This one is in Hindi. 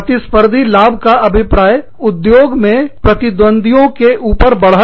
प्रतिस्पर्धी लाभ का अभिप्राय उद्योग में प्रतिद्वंद्वियों के ऊपर बढ़त